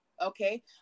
okay